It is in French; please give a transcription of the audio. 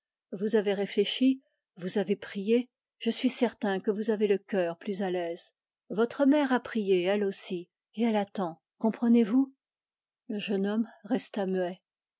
vous avez réfléchi vous avez prié je suis certain que vous avez l'esprit plus à l'aise votre mère a prié elle aussi et elle attend comprenez-vous le jeune homme resta muet